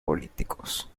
políticos